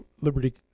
Liberty